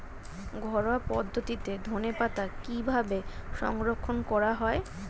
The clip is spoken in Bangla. ঘরোয়া পদ্ধতিতে ধনেপাতা কিভাবে সংরক্ষণ করা হয়?